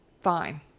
fine